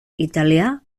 italià